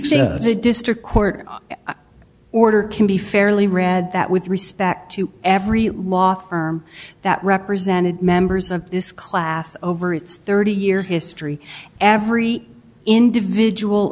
the district court order can be fairly read that with respect to every law firm that represented members of this class over its thirty year history every individual